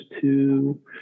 two